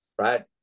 Right